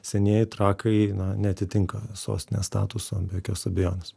senieji trakai na neatitinka sostinės statuso be jokios abejonės